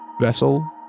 vessel